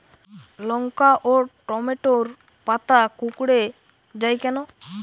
লঙ্কা ও টমেটোর পাতা কুঁকড়ে য়ায় কেন?